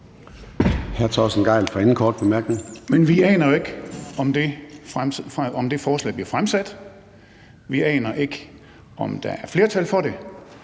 Men vi aner jo ikke, om det forslag bliver fremsat. Vi aner ikke, om der er flertal for det.